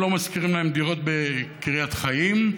שלא משכירים להם דירות בקריית חיים,